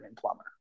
plumber